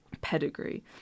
pedigree